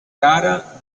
gara